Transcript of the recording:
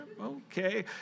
okay